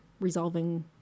resolving